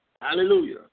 Hallelujah